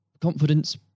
confidence